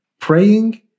praying